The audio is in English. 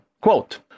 Quote